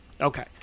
Okay